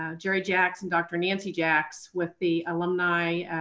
ah jerry jacks and dr. nancy jacks with the alumni